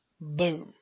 boom